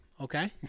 okay